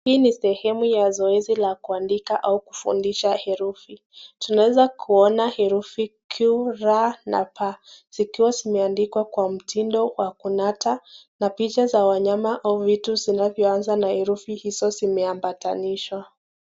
Hii ni sehemu ya zoezi la kuandika au kufundish herufi. Tunaweza kuona herufi q, y na p zikiwa zimeandikwa kwa mtindo wa kung'ata na picha za wanyama au vitu vinanyoanza na herufi hizo zimeambatanishwa.